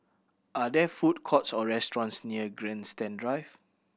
are there food courts or restaurants near Grandstand Drive